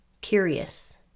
curious